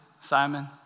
Simon